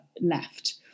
left